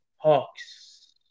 Hawks